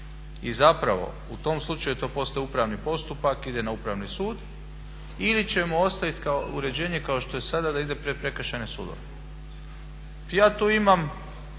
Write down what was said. i zapravo u tom slučaju to postaje upravni postupak, ide na upravni sud. Ili ćemo ostaviti uređenje kao što je sada da ide pred prekršajne sudove. Ja tu imam,